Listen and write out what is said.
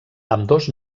ambdós